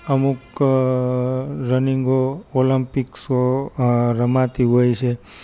અમુક રનીંગો ઓલમપીક્સો રમાતી હોય છે